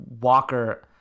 Walker